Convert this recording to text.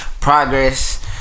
Progress